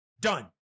done